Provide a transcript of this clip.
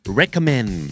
recommend